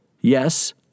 Yes